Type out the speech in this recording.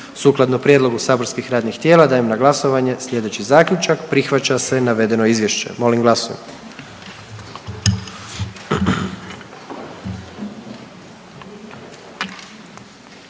Sukladno prijedlogu saborskih radnih tijela dajem na glasovanje slijedeći Zaključak, prihvaća se navedeno izvješće. Molim glasujmo.